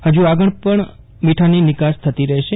ફજુ આગળ પણ મીઠાની નિકાસ થતી રહેશે